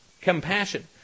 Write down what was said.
compassion